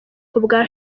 kubwa